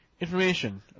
information